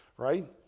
right?